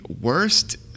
worst